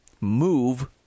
move